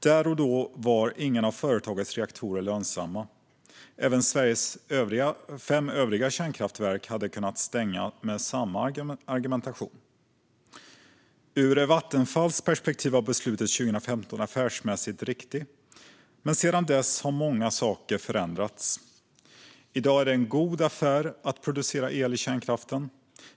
Där och då var ingen av företagets reaktorer lönsam. Även Sveriges övriga fem kärnkraftverk hade kunnat stängas med samma argumentation. Ur Vattenfalls perspektiv var beslutet 2015 affärsmässigt riktigt, men sedan dess har många saker förändrats. I dag är det en god affär att producera el i kärnkraften.